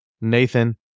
Nathan